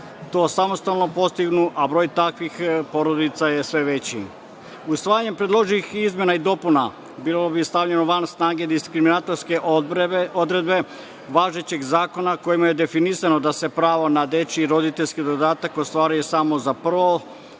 to samostalno postignu, a broj takvih porodica je sve veći. Usvajanjem predloženih izmena i dopuna bile bi stavljene van snage diskriminatorske odredbe važećeg zakona kojima je definisano da se pravo na dečiji i roditeljski dodatak ostvaruje samo za prvo,